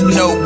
no